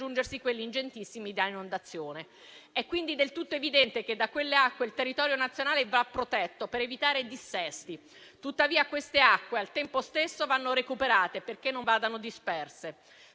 quelli ingentissimi da inondazione. È quindi del tutto evidente che da quelle acque il territorio nazionale va protetto per evitare dissesti. Al tempo stesso, però, le acque vanno recuperate perché non vadano disperse.